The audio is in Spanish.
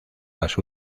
las